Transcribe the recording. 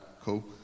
cool